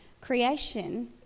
Creation